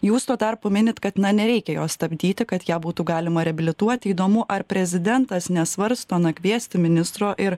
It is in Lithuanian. jūs tuo tarpu minit kad nereikia jos stabdyti kad ją būtų galima reabilituoti įdomu ar prezidentas nesvarsto na kviesti ministro ir